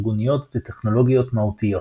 ארגוניות וטכנולוגיות מהותיות.